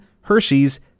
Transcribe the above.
Hershey's